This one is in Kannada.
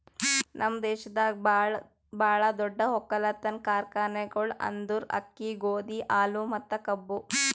ನಮ್ ದೇಶದಾಗ್ ಭಾಳ ದೊಡ್ಡ ಒಕ್ಕಲತನದ್ ಕಾರ್ಖಾನೆಗೊಳ್ ಅಂದುರ್ ಅಕ್ಕಿ, ಗೋದಿ, ಹಾಲು ಮತ್ತ ಕಬ್ಬು